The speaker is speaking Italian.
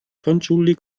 fanciulli